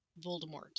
Voldemort